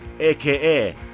aka